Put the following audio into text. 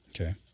Okay